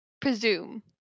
presume